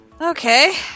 Okay